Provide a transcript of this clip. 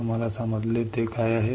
तुम्हाला समजले ते काय आहे